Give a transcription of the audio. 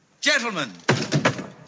Gentlemen